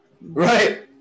Right